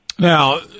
Now